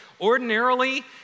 Ordinarily